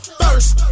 first